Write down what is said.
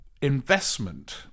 investment